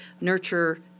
nurture